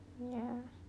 ya